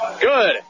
good